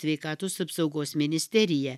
sveikatos apsaugos ministerija